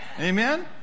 Amen